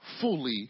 fully